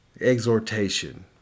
exhortation